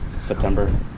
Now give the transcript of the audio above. September